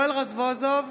רזבוזוב,